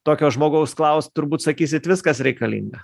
tokio žmogaus klausti turbūt sakysit viskas reikalinga